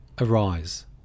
Arise